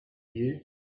you